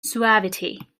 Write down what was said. suavity